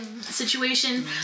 situation